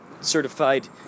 certified